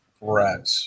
Right